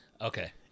Okay